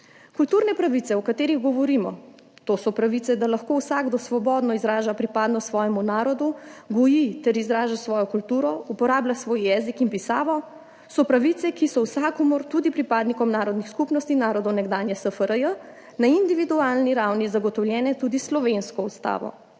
Kulturne pravice, o katerih govorimo, to so pravice, da lahko vsakdo svobodno izraža pripadnost svojemu narodu, goji ter izraža svojo kulturo, uporablja svoj jezik in pisavo, so pravice, ki so vsakomur, tudi pripadnikom narodnih skupnosti narodov nekdanje SFRJ, na individualni ravni zagotovljene tudi s slovensko ustavo.